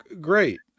great